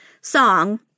song